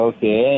Okay